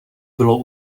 bylo